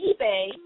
eBay